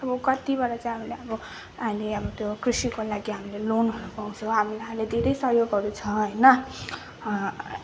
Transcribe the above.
अब कतिवटा चाहिँ हामीले अब अहिले अब त्यो कृषिको लागि हामीले लोनहरू पाउँछौँ हामीलाई अहिले धेरै सहयोगहरू छ होइन